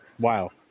Wow